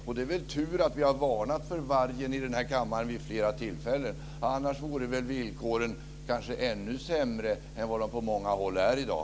Och det är väl tur att vi har varnat för vargen i den här kammaren vid flera tillfällen, för annars vore väl villkoren ännu sämre än vad de är på många håll i dag.